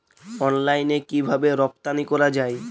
অনলাইনে কিভাবে রপ্তানি করা যায়?